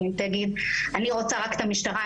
כי היא תגיד שהיא רוצה רק את המשטרה,